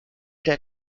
der